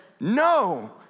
no